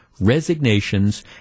resignations